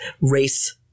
race